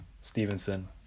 Stevenson